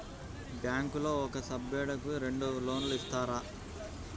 బ్యాంకులో ఒక సభ్యుడకు రెండు లోన్లు ఇస్తారా?